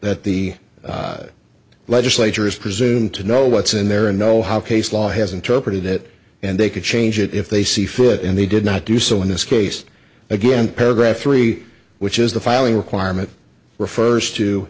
that the legislature is presumed to know what's in there and know how case law has interpreted it and they could change it if they see fit and they did not do so in this case again paragraph three which is the filing requirement refers to